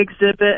exhibit